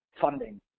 funding